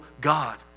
God